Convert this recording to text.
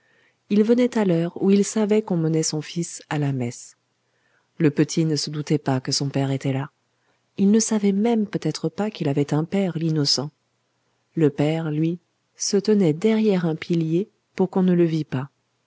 il venait à l'heure où il savait qu'on menait son fils à la messe le petit ne se doutait pas que son père était là il ne savait même peut-être pas qu'il avait un père l'innocent le père lui se tenait derrière un pilier pour qu'on ne le vît pas